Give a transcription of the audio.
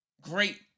great